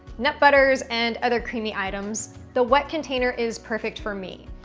nut butters, and other creamy items the wet container is perfect for me.